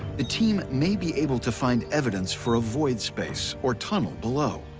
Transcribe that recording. the team may be able to find evidence for a void space or tunnel below,